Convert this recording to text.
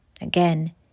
Again